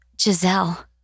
Giselle